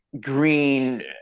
green